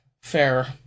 fair